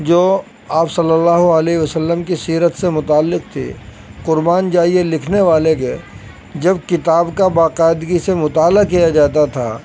جو آپ صلی اللہ علیہ وسلم کی سیرت سے متعلق تھی قربان جائیے لکھنے والے کے جب کتاب کا باقاعدگی سے مطالعہ کیا جاتا تھا